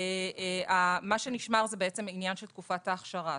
מה שנשמר זה עניין של תקופת האכשרה,